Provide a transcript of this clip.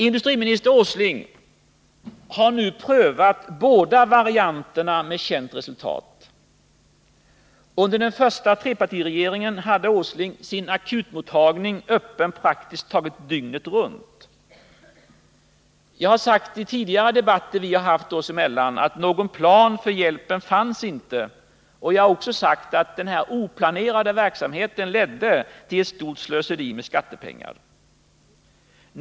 Industriminister Åsling har nu prövat båda varianterna med känt resultat. Under den första trepartiregeringen hade Nils Åsling sin akutmottagning öppen praktiskt taget dygnet runt. Jag har sagt i tidigare debatter oss emellan att det inte fanns någon plan för hjälpen. Jag har också sagt att denna oplanerade verksamhet ledde till ett stort slöseri med skattepengar.